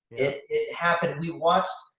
it it happened. we watched,